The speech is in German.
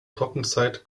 trockenzeit